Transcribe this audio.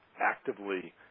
actively